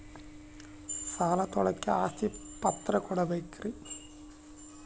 ಸಾಲ ತೋಳಕ್ಕೆ ಆಸ್ತಿ ಪತ್ರ ಕೊಡಬೇಕರಿ?